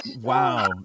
wow